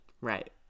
Right